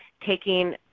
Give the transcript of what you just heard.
taking –